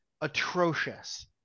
atrocious